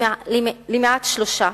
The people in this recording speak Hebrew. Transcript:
למעט שלושה.